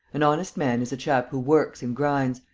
an honest man is a chap who works and grinds.